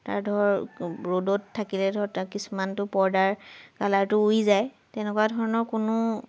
তাৰ ধৰক ৰ'দত থাকিলে ধৰক কিছুমানতো পৰ্দাৰ কালাৰটো উৰি যায় তেনেকুৱা ধৰণৰ কোনো